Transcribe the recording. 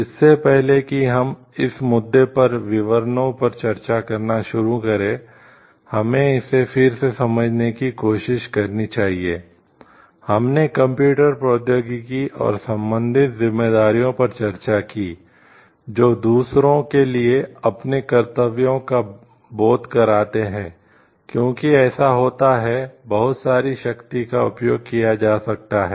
इससे पहले कि हम इस मुद्दे पर विवरणों पर चर्चा करना शुरू करें हमें इसे फिर से समझने की कोशिश करनी चाहिए हमने कंप्यूटर प्रौद्योगिकी और संबंधित जिम्मेदारियों पर चर्चा की जो दूसरों के लिए अपने कर्तव्यों का बोध कराते हैं क्योंकि ऐसा होता है बहुत सारी शक्ति का उपयोग किया जा सकता है